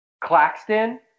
Claxton